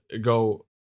go